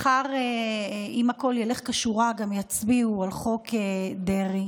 מחר, אם הכול ילך כשורה, גם יצביעו עבור חוק דרעי.